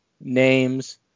Names